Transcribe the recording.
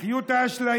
תחיו את האשליה,